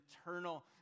eternal